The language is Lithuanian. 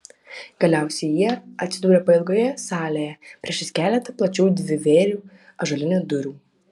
galiausiai jie atsidūrė pailgoje salėje priešais keletą plačių dvivėrių ąžuolinių durų